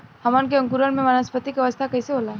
हमन के अंकुरण में वानस्पतिक अवस्था कइसे होला?